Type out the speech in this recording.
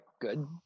good